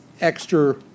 extra